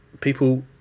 people